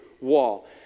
wall